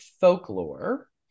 folklore